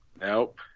Nope